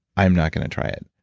i'm not gonna try it.